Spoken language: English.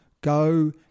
go